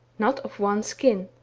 not of one skin,